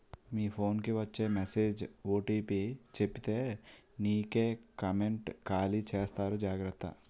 మీ phone కి వచ్చే message OTP చెప్పితే నీకే కామెంటు ఖాళీ చేసేస్తారు జాగ్రత్త